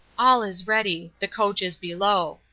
all is ready. the coach is below.